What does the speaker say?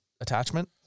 attachment